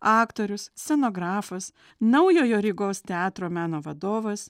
aktorius scenografas naujojo rygos teatro meno vadovas